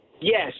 Yes